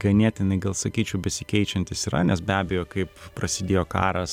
ganėtinai gal sakyčiau besikeičiantis yra nes be abejo kaip prasidėjo karas